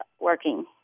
working